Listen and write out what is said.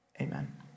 Amen